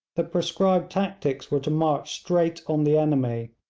the prescribed tactics were to march straight on the enemy,